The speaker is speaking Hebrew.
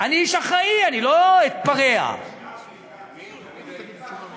אני איש אחראי, אני לא אתפרע.